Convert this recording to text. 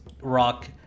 rock